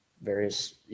various